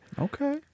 Okay